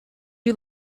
you